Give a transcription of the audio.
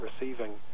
receiving